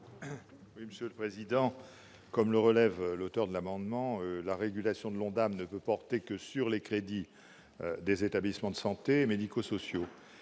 Monsieur le président, comme le relève l'auteur de l'amendement, la régulation de l'Ondam ne peut porter que sur les crédits des établissements de santé, médico-sociaux